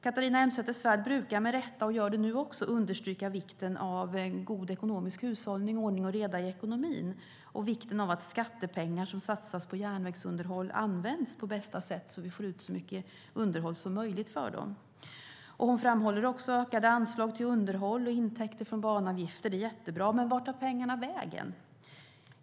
Catharina Elmsäter-Svärd brukar med rätta - och hon gör det nu också - understryka vikten av en god ekonomisk hushållning, av ordning och reda i ekonomin samt av att skattepengar som satsas på järnvägsunderhåll används på bästa sätt så att vi får ut så mycket underhåll som möjligt för dem. Hon framhåller även ökade anslag till underhåll och intäkter från banavgifter, och det är jättebra. Men vart tar pengarna vägen?